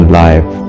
life